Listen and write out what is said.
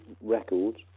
records